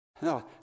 No